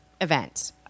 event